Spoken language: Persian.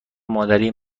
مادری